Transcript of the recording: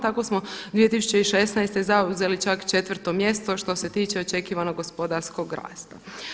Tako smo 2016. zauzeli čak četvrto mjesto što se tiče očekivanog gospodarskog rasta.